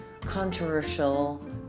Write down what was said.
controversial